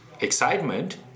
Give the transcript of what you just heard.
excitement